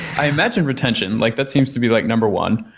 i imagine retention. like that seems to be like number one,